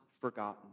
forgotten